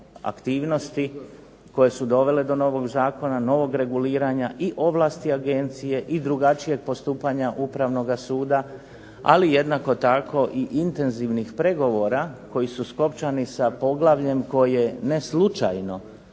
aktivnosti koje su dovele do novog zakona, novog reguliranja i ovlasti agencije i drugačijeg postupanja Upravnoga suda, ali jednako tako i intenzivnih pregovora koji su skopčani sa poglavljem koje ne slučajno